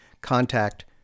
Contact